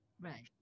Right